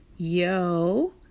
yo